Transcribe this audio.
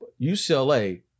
UCLA